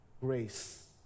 Grace